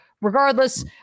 regardless